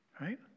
right